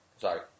Sorry